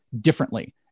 differently